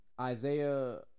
Isaiah